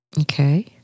Okay